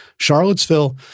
Charlottesville